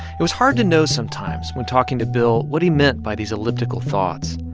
it was hard to know sometimes, when talking to bill, what he meant by these elliptical thoughts.